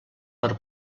per